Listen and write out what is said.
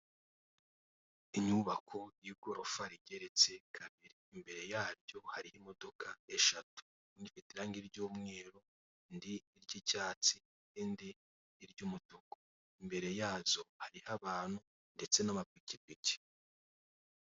Inyubako yigorofa rigeretse kabiri imbere yaryo hariho imodoka eshatu imwe ifite irangi ry'umweru indi iry'icyatsi indi iry'umutuku, imbere yazo hariho abantu ndetse namapikipiki.